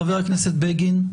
חבר הכנסת בגין?